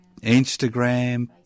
Instagram